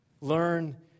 Learn